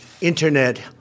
internet